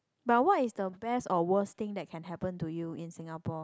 but what is the best or worst thing that can happen to you in Singapore